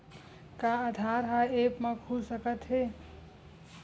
का आधार ह ऐप म खुल सकत हे?